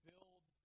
build